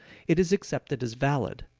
it is accepted as valid.